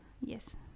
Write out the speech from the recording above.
Yes